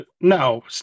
No